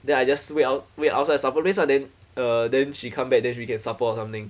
then I just wait ou~ wait outside the supper place ah then uh then she come back then we can supper or something